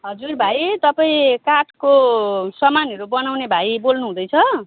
हजुर भाइ तपाईँ काठको सामानहरू बनाउने भाइ बोल्नुहुँदैछ